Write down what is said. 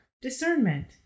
discernment